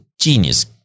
genius